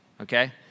okay